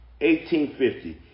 1850